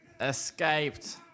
Escaped